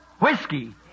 whiskey